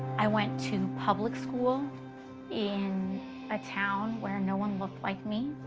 i went to public school in a town where no one looked like me.